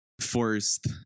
forced